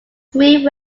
three